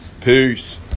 Peace